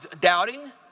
doubting